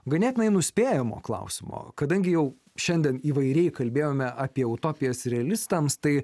ganėtinai nuspėjamo klausimo kadangi jau šiandien įvairiai kalbėjome apie utopijas realistams tai